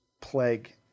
plague